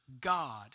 God